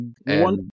One